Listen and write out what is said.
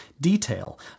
detail